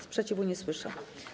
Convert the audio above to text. Sprzeciwu nie słyszę.